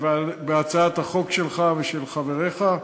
בהצעת החוק שלך ושל חבריך,